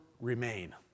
remain